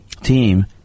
team